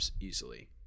easily